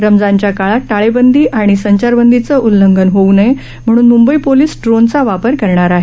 रमजानच्या काळात टाळेबंदी आणि संचारबंदीच उल्लंघन होऊ नये म्हणून मुंबई पोलीस ड्रोन चा वापर करणार आहेत